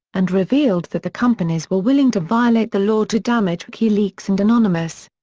and revealed that the companies were willing to violate the law to damage wikileaks and anonymous.